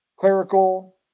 clerical